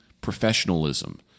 professionalism